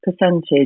percentage